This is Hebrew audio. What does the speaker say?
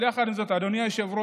אבל יחד עם זאת, אדוני היושב-ראש,